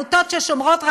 עמותות ששומרות,